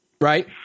Right